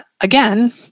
again